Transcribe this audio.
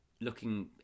looking